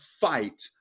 fight